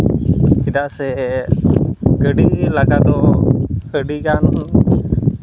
ᱪᱮᱫᱟᱜ ᱥᱮ ᱜᱟᱹᱰᱤ ᱞᱟᱜᱟ ᱫᱚ ᱟᱹᱰᱤᱜᱟᱱ